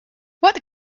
what